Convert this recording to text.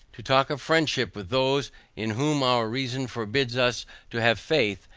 to talk of friendship with those in whom our reason forbids us to have faith,